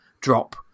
drop